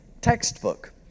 textbook